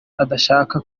adashaka